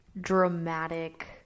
dramatic